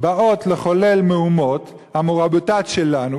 באות לחולל מהומות ה"מוראביטאת" שלנו,